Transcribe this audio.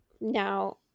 now